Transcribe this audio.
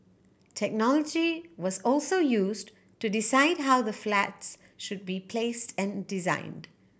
technology was also used to decide how the flats should be placed and designed